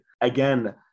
again